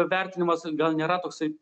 vertinimas gal nėra toksai